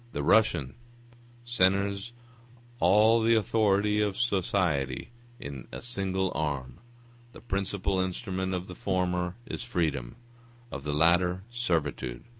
the russian centres all the authority of society in a single arm the principal instrument of the former is freedom of the latter servitude.